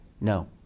no